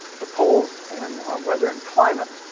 the poles, and weather and climate.